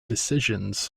decisions